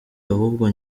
ahubwo